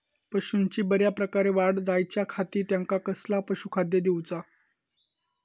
पशूंची बऱ्या प्रकारे वाढ जायच्या खाती त्यांका कसला पशुखाद्य दिऊचा?